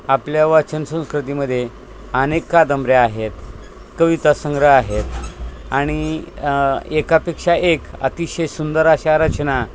आपल्या वाचन संस्कृतीमध्ये अनेक कादंबऱ्या आहेत कविता संग्रह आहेत आणि एकापेक्षा एक अतिशय सुंदर अशा रचना